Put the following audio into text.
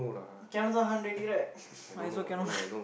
cannot tahan already right I also cannot